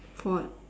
for what